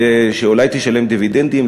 ושאולי תשלם דיבידנדים,